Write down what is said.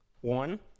one